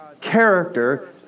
character